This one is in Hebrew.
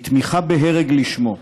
היא תמיכה בהרג לשמו.